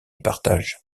partage